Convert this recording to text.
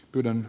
pyydän